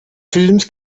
films